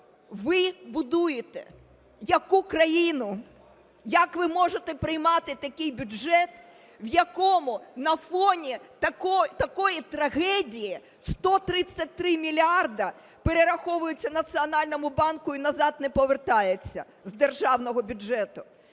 ви будуєте? Яку країну? Як ви можете приймати такий бюджет, в якому на фоні такої трагедії 133 мільярди перераховується Національному банку і назад не повертаються з державного бюджету,